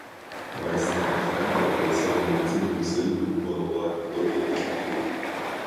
vaistinė ožragė dėl savo medicininių savybių buvo naudojama daugelyje kultūrų